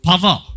power